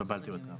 תודה רבה.